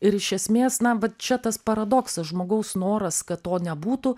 ir iš esmės na va čia tas paradoksas žmogaus noras kad to nebūtų